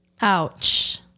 Ouch